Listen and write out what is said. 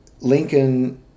Lincoln